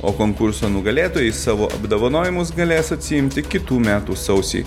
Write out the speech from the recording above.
o konkurso nugalėtojai savo apdovanojimus galės atsiimti kitų metų sausį